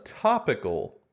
topical